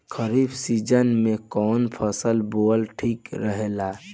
खरीफ़ season में कौन फसल बोअल ठिक रहेला ह?